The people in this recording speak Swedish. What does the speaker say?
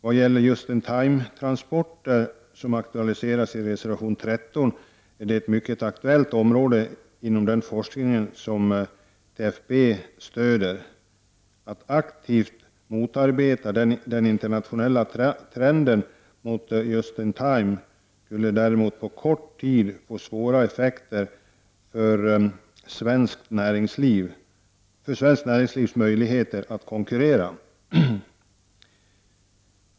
Vad gäller ”just-in-time”-transporter som aktualiseras i reservation 13 är det ett mycket aktuellt område inom den forskning som TFB stöder. Att aktivt motarbeta den internationella trenden mot ”just-in-time” skulle däremot på kort tid få svåra effekter för svenskt näringslivs möjligheter att konkurrera.